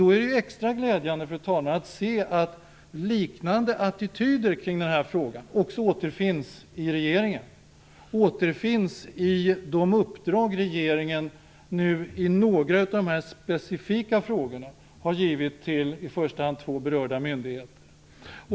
Då är det extra glädjande, fru talman, att se att liknande attityder kring den här frågan också återfinns i regeringen och i de uppdrag som regeringen nu i några av de specifika frågorna har givit till i första hand två berörda myndigheter.